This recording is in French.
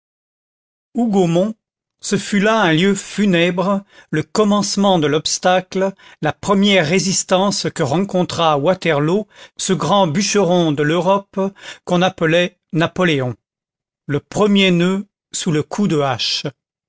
hougomont ce fut là un lieu funèbre le commencement de l'obstacle la première résistance que rencontra à waterloo ce grand bûcheron de l'europe qu'on appelait napoléon le premier noeud sous le coup de hache